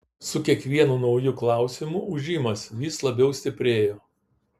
su kiekvienu nauju klausimu ūžimas vis labiau stiprėjo